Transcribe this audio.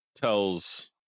tells